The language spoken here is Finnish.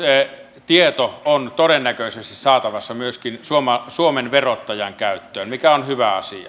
se tieto on todennäköisesti saatavissa myöskin suomen verottajan käyttöön mikä on hyvä asia